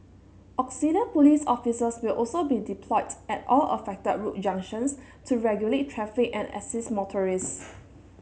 auxiliary police officers will also be deployed at all affected road junctions to regulate traffic and assist motorists